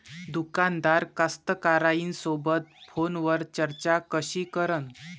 दुकानदार कास्तकाराइसोबत फोनवर चर्चा कशी करन?